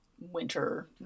winter